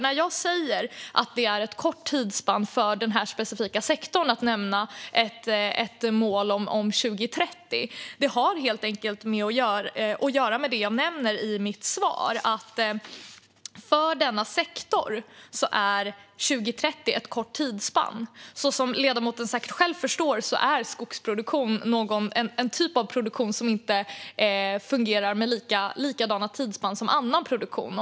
När jag säger att det är ett kort tidsspann för denna specifika sektor att nämna ett mål till 2030 har det helt enkelt att göra med det jag nämner i mitt svar: För denna sektor är 2030 ett kort tidsspann. Som ledamoten säkert själv förstår är skogsproduktion en typ av produktion som inte fungerar med likadana tidsspann som annan produktion.